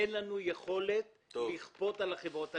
אין לנו יכולת לכפות על החברות.